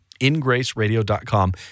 ingraceradio.com